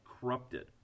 corrupted